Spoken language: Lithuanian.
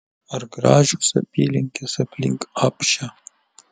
ar gražios apylinkės aplink apšę